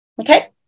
Okay